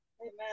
Amen